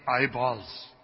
eyeballs